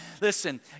Listen